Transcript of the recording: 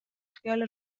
خیال